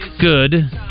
good